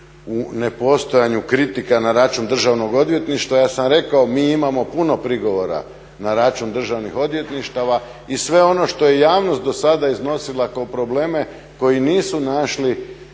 u nepostojanju kritika na račun državnog odvjetništava. Ja sam rekao mi imamo puno prigovora na račun državnih odvjetništava i sve ono što je javnost do sada iznosila kao probleme koji nisu naišli